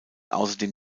außerdem